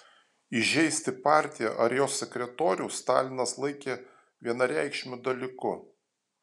įžeisti partiją ar jos sekretorių stalinas laikė vienareikšmiu dalyku